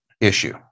issue